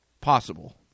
possible